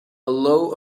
allow